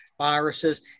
viruses